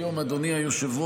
היום, אדוני היושב-ראש,